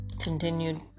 Continued